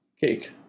Cake